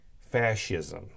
fascism